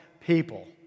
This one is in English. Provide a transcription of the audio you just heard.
People